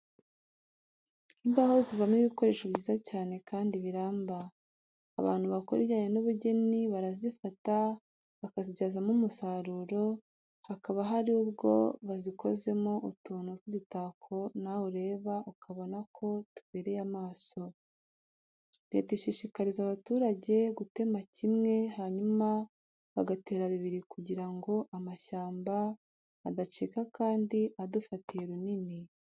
Imbaho zivamo ibikoresho byiza cyane kandi biramba. Abantu bakora ibijyanye n'ubugeni barazifata bakazibyazamo umusaruro, hakaba hari ubwo bazikozemo utuntu tw'udutako nawe ureba ukabona ko tubereye amaso. Leta ishishikariza abaturage gutema kimwe, hanyuma bagatera bibiri kugira ngo amashyamba adacika kandi adufatiye runini.